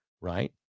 right